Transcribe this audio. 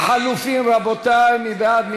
לחלופין, רבותי, מי בעד?